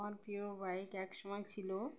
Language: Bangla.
স্করপিও বাইক এক সময় ছিল